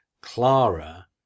Clara